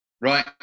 Right